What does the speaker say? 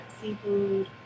seafood